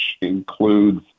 includes